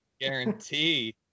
guarantee